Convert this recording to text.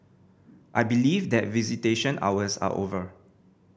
I believe that visitation hours are over